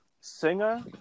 Singer